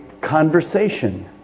conversation